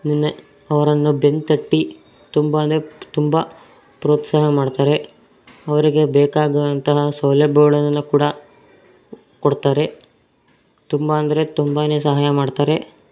ನಿನ್ನೆ ಅವರನ್ನು ಬೆನ್ನು ತಟ್ಟಿ ತುಂಬ ಅಂದರೆ ತುಂಬ ಪ್ರೋತ್ಸಾಹ ಮಾಡ್ತಾರೆ ಅವರಿಗೆ ಬೇಕಾಗುವಂತಹ ಸೌಲಭ್ಯಗಳನ್ನೆಲ್ಲ ಕೂಡ ಕೊಡ್ತಾರೆ ತುಂಬ ಅಂದರೆ ತುಂಬಾ ಸಹಾಯ ಮಾಡ್ತಾರೆ